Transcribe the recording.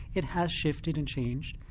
it has shifted and changed,